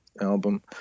album